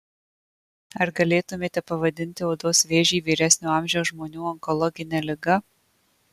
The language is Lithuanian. ar galėtumėte pavadinti odos vėžį vyresnio amžiaus žmonių onkologine liga